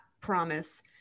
promise